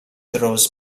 rose